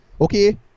okay